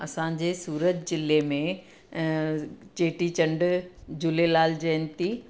असांजे सूरत जिले में चेटीचंड झूलेलाल जयंती